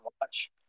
watch